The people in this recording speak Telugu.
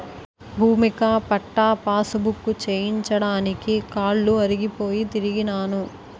భూమిక పట్టా పాసుబుక్కు చేయించడానికి కాలు అరిగిపోయి తిరిగినాను